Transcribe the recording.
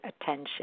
attention